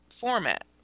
format